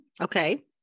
Okay